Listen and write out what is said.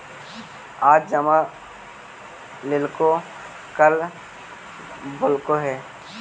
आज जमा लेलको कल बोलैलको हे?